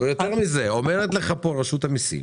יותר מזה, אומרת לך הנציגה מרשות המסים,